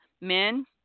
Men